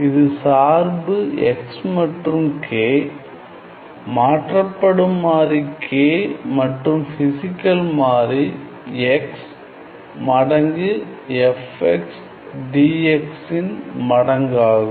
இது சார்பு x மற்றும் K மாற்றப்படும் மாறி K மற்றும் பிசிகல் மாறி x மடங்கு f x d x இன் மடங்காகும்